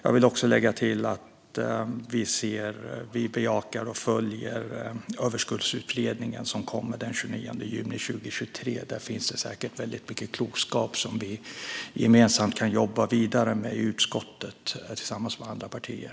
Jag vill också lägga till att vi bejakar och följer Överskuldsutredningen, som ska läggas fram den 29 juni 2023. Där finns det säkert väldigt mycket klokskap som vi gemensamt kan jobba vidare med i utskottet tillsammans med andra partier.